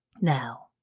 Now